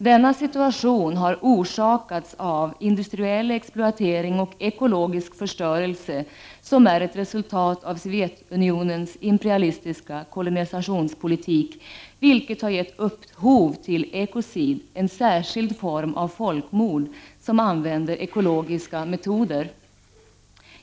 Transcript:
Denna situation har orsakats av industriell exploatering och ekologisk förödelse som är ett resultat av Sovjetunionens imperialistiska kolonisationspolitik vilket har gett upphov till ”ecocide" — en särskild form av genocide som använder ekologiska metoder.